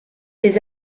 des